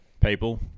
people